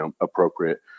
appropriate